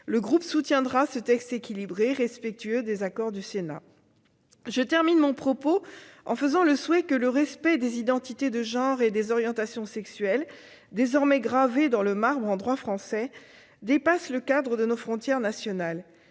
Nous soutiendrons ce texte équilibré et respectueux des apports du Sénat. Je termine mon propos en formulant le souhait que le respect des identités de genre et des orientations sexuelles, désormais gravé dans le marbre en droit français, dépasse le cadre de nos frontières nationales